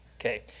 Okay